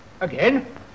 Again